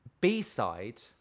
B-side